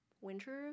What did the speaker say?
winter